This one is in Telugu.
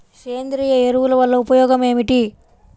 సేంద్రీయ ఎరువుల వల్ల ఉపయోగమేమిటీ?